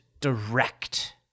direct